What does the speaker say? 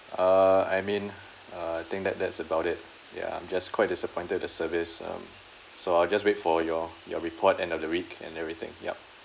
uh I mean uh I think that that's about it ya I'm just quite disappointed the service um so I'll just wait for your your report end of the week and everything yup